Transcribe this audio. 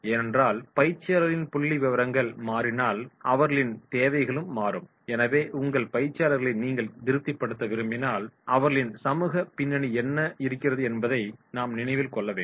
ஏனென்றால் பயிற்சியாளர்களின் புள்ளிவிவரங்கள் மாறினால் அவர்களின் தேவைகளும் மாறும் எனவே உங்கள் பயிற்சியாளர்களை நீங்கள் திருப்திப்படுத்த விரும்பினால் அவர்களின் சமூக பின்னணி என்ன இருக்கிறது என்பதை நாம் நினைவில் கொள்ள வேண்டும்